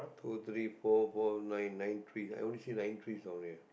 two three four four nine nine tree I only see nine trees down there